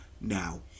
now